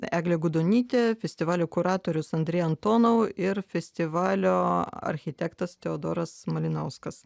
egle gudonyte festivalio kuratorius andrei antonou ir festivalio architektas teodoras malinauskas